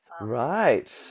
right